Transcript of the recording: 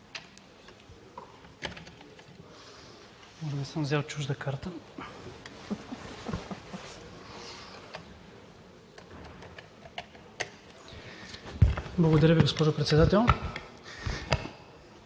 Благодаря Ви, госпожо Председател.